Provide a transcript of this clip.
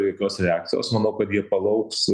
jokios reakcijos manau kad jie palauks